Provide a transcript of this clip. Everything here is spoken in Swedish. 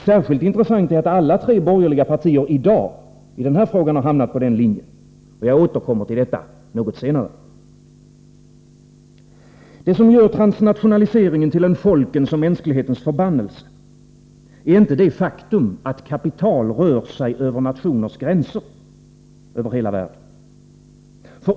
Särskilt intressant är att alla tre borgerliga partierna i dag i den här frågan hamnat på den linjen. Jag återkommer till förbannelse är inte det faktum, att kapital rör sig över nationens gränser, 16 maj 1984 över hela världen.